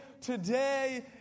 today